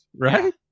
right